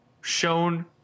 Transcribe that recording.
shown